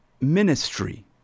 ministry